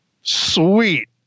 sweet